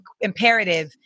imperative